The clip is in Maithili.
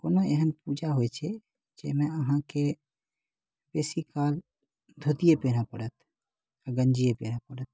कोनो एहन पूजा होइ छै जाहिमे अहाँकेँ बेसी काल धोतिए पहिरए पड़त गञ्जिए पहिरए पड़त